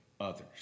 others